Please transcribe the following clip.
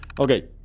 okay